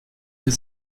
hier